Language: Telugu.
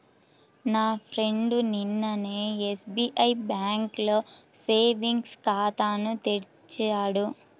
నా ఫ్రెండు నిన్ననే ఎస్బిఐ బ్యేంకులో సేవింగ్స్ ఖాతాను తెరిచాడు